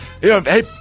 Hey